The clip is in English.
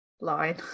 line